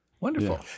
Wonderful